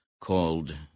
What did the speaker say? called